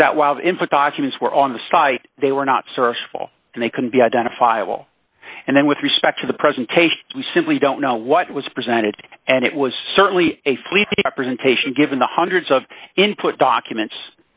is that while the input documents were on the site they were not serviceable and they can be identifiable and then with respect to the presentation you simply don't know what was presented and it was certainly a fleet presentation given the hundreds of input documents